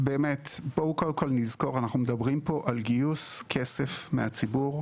בואו נזכור: אנחנו מדברים פה על גיוס של כסף מהציבור,